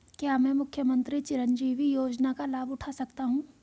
क्या मैं मुख्यमंत्री चिरंजीवी योजना का लाभ उठा सकता हूं?